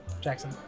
Jackson